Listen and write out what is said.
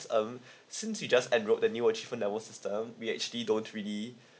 um since you just enroll the new achievement level system we actually don't really